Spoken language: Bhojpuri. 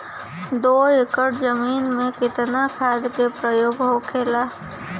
दो एकड़ जमीन में कितना खाद के प्रयोग होखेला?